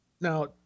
now